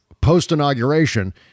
post-inauguration